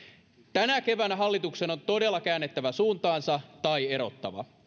tänä keväänä hallituksen on todella käännettävä suuntaansa tai erottava